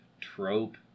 trope